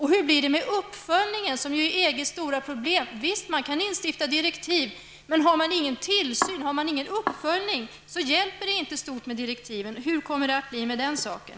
Hur blir det med uppföljningen, som är EGs stora problem? Visst kan man utforma direktiv, men finns det ingen uppföljning hjälper direktiven inte stort. Hur kommer det att bli med den saken?